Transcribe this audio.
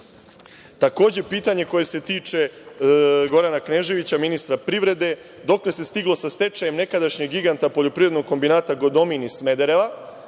narodu? Takođe, pitanje koje se tiče Gorana Kneževića, ministra privrede – dokle se stiglo sa stečajem nekadašnjeg giganta Poljoprivrednog kombinata Godomin iz Smedereva?